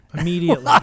immediately